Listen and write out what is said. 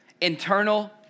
internal